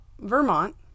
Vermont